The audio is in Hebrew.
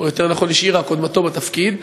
או יותר נכון השאירה קודמתו בתפקיד.